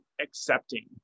accepting